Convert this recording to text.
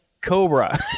Cobra